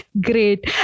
Great